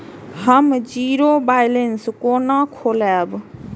हम zero balance केना खोलैब?